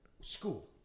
School